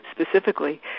specifically